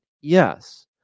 Yes